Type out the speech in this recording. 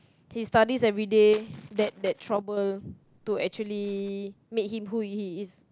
he studies everyday that that trouble to actually made him who he is